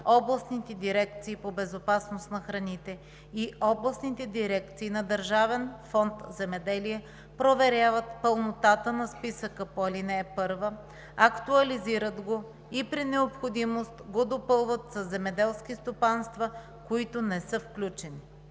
областните дирекции по безопасност на храните и областните дирекции на Държавен фонд „Земеделие“ проверяват пълнотата на списъка по ал. 1, актуализират го и при необходимост го допълват със земеделски стопанства, които не са включени.